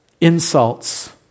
insults